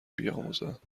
بیاموزند